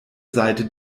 seite